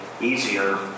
easier